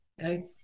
okay